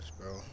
bro